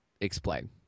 explain